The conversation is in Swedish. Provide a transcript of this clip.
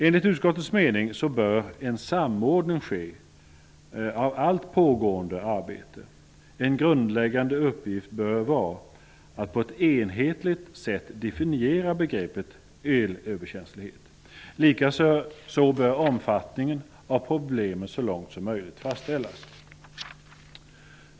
Enligt utskottets mening bör en samordning ske av allt pågående arbete. En grundläggande uppgift bör vara att på ett enhetligt sätt definiera begreppet elöverkänslighet. Likaså bör omfattningen av problemen så långt som möjligt fastställas.